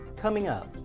coming up.